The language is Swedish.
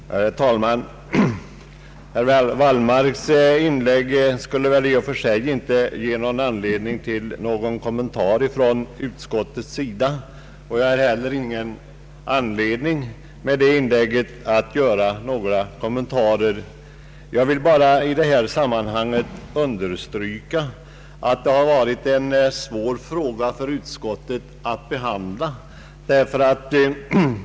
Herr talman! Herr Wallmarks inlägg skulle väl i och för sig inte ge anledning till kommentarer från utskottets sida, och jag skall heller inte göra några sådana. Jag vill bara understryka att detta har varit en svår fråga att behandla för utskottet.